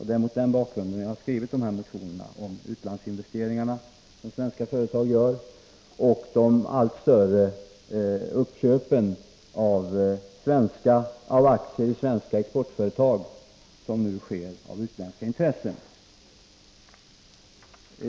Det är mot denna bakgrund jag har skrivit mina motioner om svenska företags utlandsinvesteringar och om de allt större uppköp av aktier i svenska exportföretag som utländska intressenter gör.